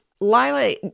Lila